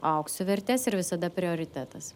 aukso vertės ir visada prioritetas